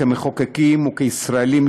כמחוקקים ובישראלים,